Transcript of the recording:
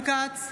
רון כץ,